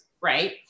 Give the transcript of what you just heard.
right